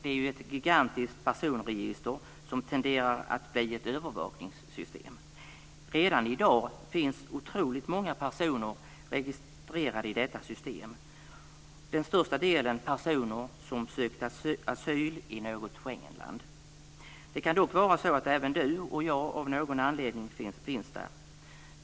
SIS är ett gigantiskt personregister som tenderar att bli ett övervakningssystem. Redan i dag finns otroligt många personer registrerade i detta system. Den största delen är personer som sökt asyl i något Schengenland. Det kan dock vara så att även du och jag av någon anledning finns där.